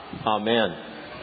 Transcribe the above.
Amen